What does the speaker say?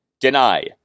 deny